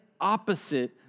opposite